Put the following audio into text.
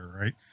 right